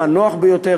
הנוח ביותר,